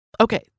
okay